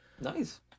Nice